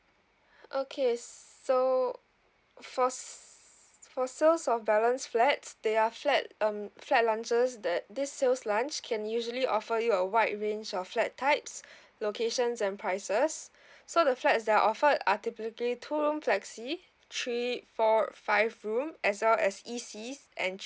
okay so for s~ for sales of balance flats they are flat um flat launches that this sales launch can usually offer you a wide range of flat types locations and prices so the flats that are offered are typically two room flexi three four five room as well as E_Cs and